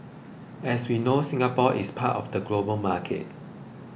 as we know Singapore is part of the global market